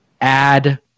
add